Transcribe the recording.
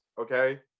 Okay